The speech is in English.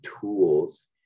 tools